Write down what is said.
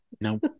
no